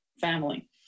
family